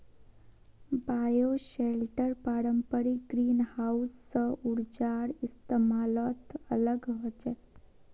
bioshelter पारंपरिक greenhouse स ऊर्जार इस्तमालत अलग ह छेक